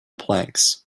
planks